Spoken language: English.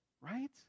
Right